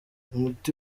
umuti